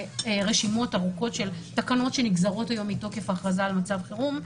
רשימות ארוכות של תקנות שנגזרות היום ומתוקף ההכרזה על מצב חירום,